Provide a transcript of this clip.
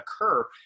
occur